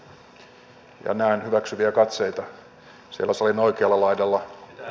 näen hyväksyviä katseita siellä salin oikealla laidalla